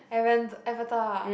Avan~ Avatar